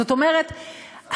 זאת אומרת,